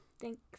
Thanks